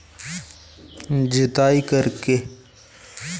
अम्लीय मिट्टी का उपचार कैसे करूँ?